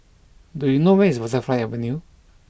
do you know where is Butterfly Avenue